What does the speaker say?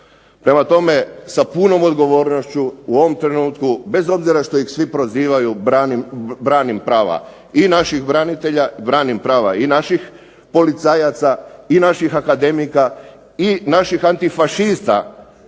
Prema tome, sa punom odgovornošću u ovom trenutku, bez obzira što ih svi prozivaju, branim prava i naših branitelja, branim prava i naših policajaca, i naših akademika i naših antifašista